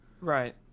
right